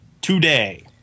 today